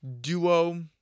duo